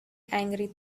angry